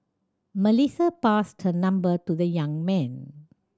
Melissa passed her number to the young man